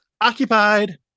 Occupied